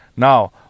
Now